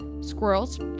Squirrels